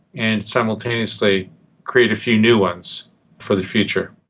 and simultaneously create a few new ones for the future.